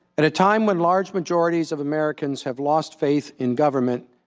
at a time when large majorities of americans have lost faith in government,